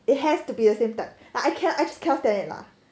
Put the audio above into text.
it has to be the same type I can I just cannot stand it lah